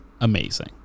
amazing